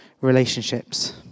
relationships